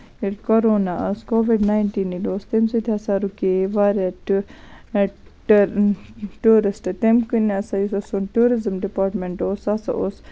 ییٚلہِ کرونا اوس covid nineteen ییٚلہِ اوس تَمہِ سۭتۍ ہسا رُکے واریاہ ٹیوٗ ایٚکٹر ٹیوٗرِسٹ تَمہِ کِنۍ ہسا یُس ہسا سُہ ٹیوٗرِزٕم ڈِپاٹمیٚنٹ اوس سُہ ہسا اوس